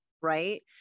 right